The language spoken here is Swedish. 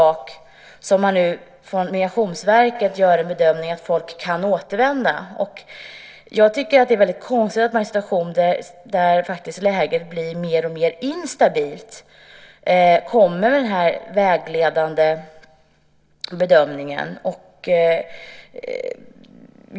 Migrationsverket gör nu bedömningen att folk kan återvända till detta Irak. Jag tycker att det är väldigt konstigt att man i en situation där läget faktiskt blir mer och mer instabilt kommer med den här vägledande bedömningen.